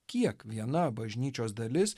kiekviena bažnyčios dalis